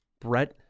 Brett